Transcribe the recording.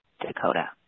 dakota